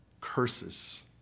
curses